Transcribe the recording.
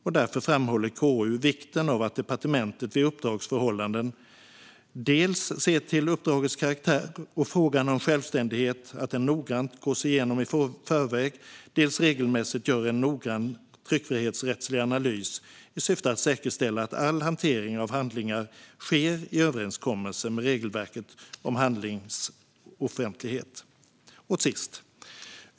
KU framhåller därför vikten av att departementet vid uppdragsförhållanden dels ser till att uppdragets karaktär och frågan om självständighet noggrant gås igenom i förväg, dels regelmässigt gör en noggrann tryckfrihetsrättslig analys i syfte att säkerställa att all hantering av handlingar sker i överensstämmelse med regelverket om handlingsoffentlighet.